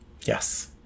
Yes